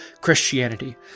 christianity